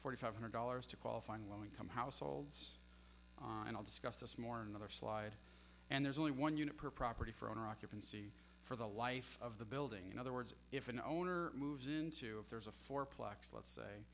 forty five hundred dollars to qualify in low income households and i'll discuss this morning other slide and there's only one unit per property for occupancy for the life of the building in other words if an owner moves into if there's a four plex let's say